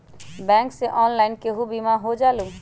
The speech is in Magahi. बैंक से ऑनलाइन केहु बिमा हो जाईलु?